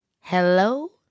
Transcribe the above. Hello